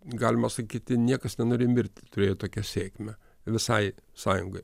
galima sakyti niekas nenori mirt turėjo tokią sėkmę visai sąjungai